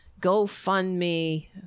GoFundMe